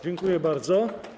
Dziękuję bardzo.